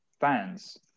fans